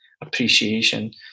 appreciation